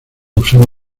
usando